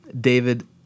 David